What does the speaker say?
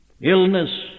Illness